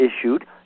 issued